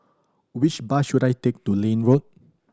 which bus should I take to Liane Road